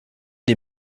die